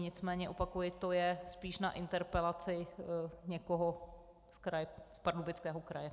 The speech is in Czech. Nicméně opakuji, to je spíš na interpelaci někoho z Pardubického kraje.